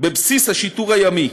בבסיס השיטור הימי,